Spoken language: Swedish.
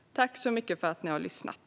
Tack så mycket för att ni har lyssnat!